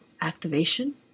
activation